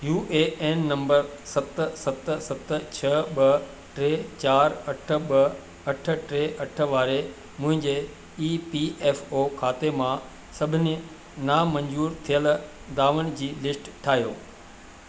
U A N number सत सत सत छह ॿ टे चार अठ ॿ अठ टे अठ वारे मुंहिंजे ई पी एफ़ ओ खाते मां सभिनी नामंज़ूरु थियल दावनि जी लिस्ट ठाहियो